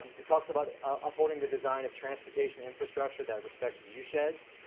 it talks about affording the design of transportation infrastructure that respects view sheds,